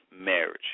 marriage